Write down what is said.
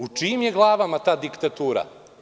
U čijim je glavama ta diktatura?